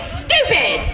stupid